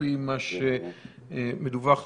על-פי מה שמדווח לנו,